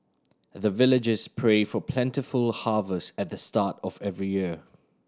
the villagers pray for plentiful harvest at the start of every year